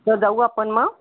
तर जाऊ आपण मग